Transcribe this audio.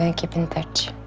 and keep in touch.